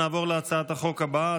נעבור להצעת החוק הבאה,